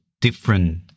different